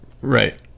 Right